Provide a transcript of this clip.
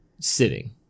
sitting